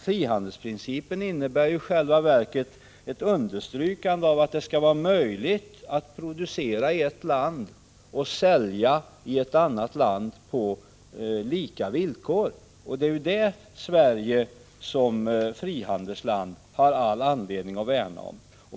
Frihandelsprincipen innebär i själva verket ett understrykande av att det skall vara möjligt att producera i ett land och sälja i ett annat land på lika villkor. Det är det Sverige som frihandelsland har all anledning att värna om.